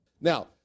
now